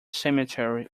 cemetery